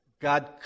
God